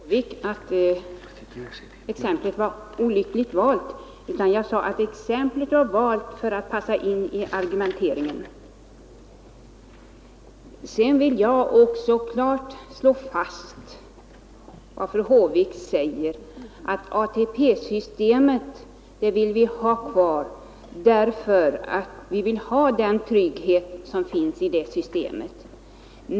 Herr talman! Jag sade inte till fru Håvik att exemplet var olyckligt valt, utan att det var valt för att passa in i fru Håviks argumentering. Jag vill också klart slå fast vad fru Håvik säger, att vi vill ha kvar ATP-systemet därför att vi vill behålla den trygghet som finns i det systemet.